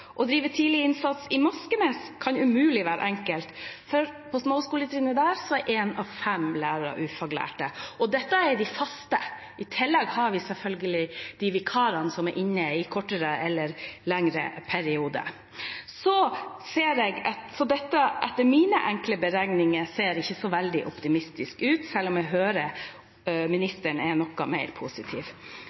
Å drive tidlig innsats i Moskenes kan umulig være enkelt, for på småskoletrinnet der er 1 av 5 lærere ufaglærte. Dette er de faste. I tillegg har vi selvfølgelig vikarene, som er inne i kortere eller lengre perioder. Etter mine enkle beregninger ser ikke dette så veldig optimistisk ut, selv om jeg hører at ministeren er noe mer positiv.